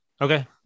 okay